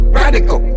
radical